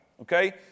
Okay